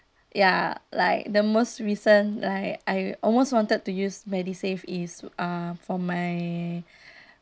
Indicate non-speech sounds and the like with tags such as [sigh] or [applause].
ya like the most recent like I almost wanted to use medisave is uh for my [breath]